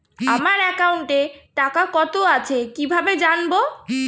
আমার একাউন্টে টাকা কত আছে কি ভাবে জানবো?